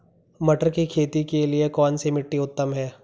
मटर की खेती के लिए कौन सी मिट्टी उत्तम है?